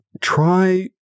try